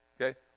Okay